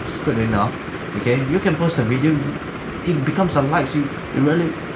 it's good enough okay you can post a video ru~ it becomes unlikes you you very